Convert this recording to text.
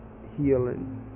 Healing